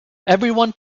everyone